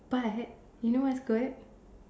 but you know what's good